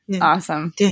Awesome